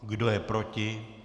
Kdo je proti?